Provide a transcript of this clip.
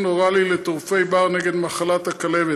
אוראלי לטורפי בר נגד מחלת הכלבת.